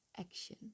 action